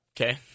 okay